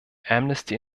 amnesty